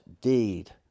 deed